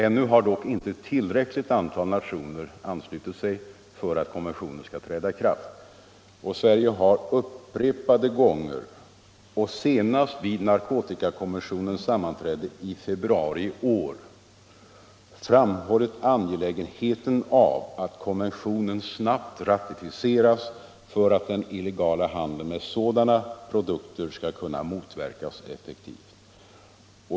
Ännu har dock inte tillräckligt antal nationer anslutit sig för att konventionen skall kunna träda i kraft. Sverige har upprepade gånger och senast vid narkotikakommissionens sammanträde i februari i år framhållit angelägenheten av att konventionen snabbt ratificeras för att den illegala handeln med sådana produkter skall kunna motverkas effektivt.